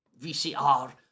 VCR